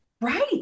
Right